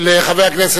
לגבי השאלה